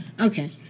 Okay